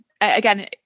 Again